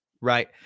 right